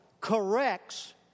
corrects